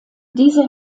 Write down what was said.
diese